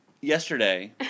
Yesterday